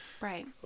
Right